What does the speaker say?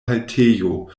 haltejo